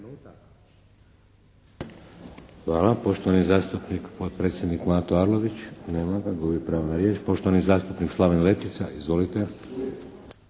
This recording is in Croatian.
Hvala. Poštovani zastupnik, potpredsjednik Mato Arlović. Nema ga, gubi pravo na riječ. Poštovani zastupnik Slaven Letica, izvolite.